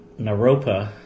Naropa